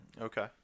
Okay